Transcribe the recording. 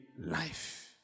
life